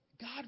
God